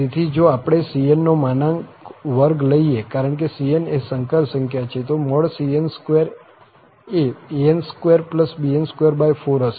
તેથી જો આપણે cnનો માનાંક વર્ગ લઈએ કારણ કે cn એ સંકર સંખ્યા છે તો cn2 એ an2bn24 હશે